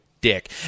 dick